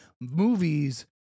movies